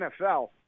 NFL